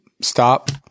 stop